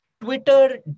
Twitter